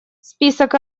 список